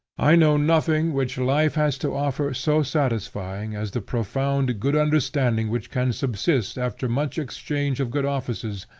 i know nothing which life has to offer so satisfying as the profound good understanding which can subsist after much exchange of good offices,